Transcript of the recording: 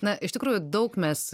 na iš tikrųjų daug mes